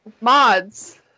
mods